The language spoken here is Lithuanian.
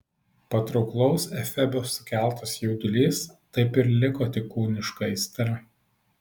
patrauklaus efebo sukeltas jaudulys taip ir liko tik kūniška aistra